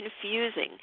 confusing